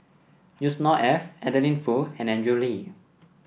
Yusnor Ef Adeline Foo and Andrew Lee